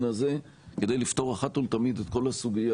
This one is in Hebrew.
הזה כדי לפתור אחת ולתמיד את כל הסוגיה,